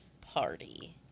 party